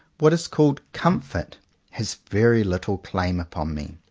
what is called comfort has very little claim upon me.